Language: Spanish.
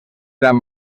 eran